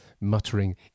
muttering